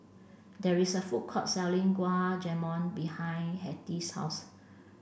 there is a food court selling Gulab Jamun behind Hetty's house